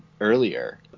earlier